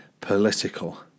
political